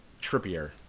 Trippier